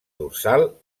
dorsal